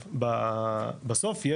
עכשיו בסוף,